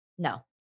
no